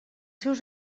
seus